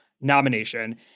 nomination